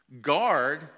guard